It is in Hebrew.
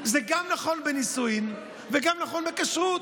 זה נכון גם בנישואין ונכון גם בכשרות.